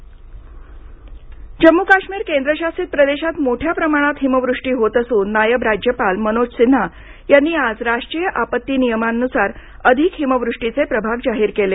जम्म काश्मीर हिमवृष्टी जम्मू काश्मीर केंद्रशासित प्रदेशात मोठ्या प्रमाणात हिमवृष्टी होत असून नायब राज्यपाल मनोज सिन्हा यांनी आज राष्ट्रीय आपत्ती नियमांनुसार अधिक हिमवृष्टीचे प्रभाग जाहीर केले